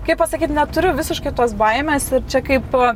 kaip pasakyt neturiu visiškai tos baimės ir čia kaip